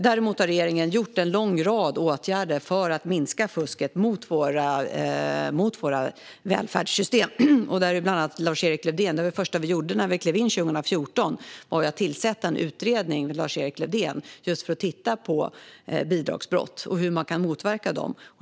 Däremot har regeringen vidtagit en lång rad åtgärder för att minska fusket mot våra välfärdssystem. Det första vi gjorde när vi klev in 2014 var att tillsätta en utredning med Lars-Erik Lövdén för att titta på bidragsbrott och hur man kan motverka dem.